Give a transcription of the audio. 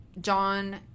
john